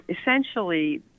essentially